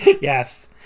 Yes